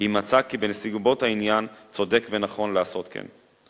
אם מצא כי בנסיבות העניין צודק ונכון לעשות כן.